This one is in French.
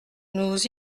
nous